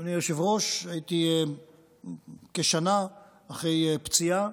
אדוני היושב-ראש, הייתי כשנה אחרי פציעה,